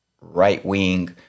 right-wing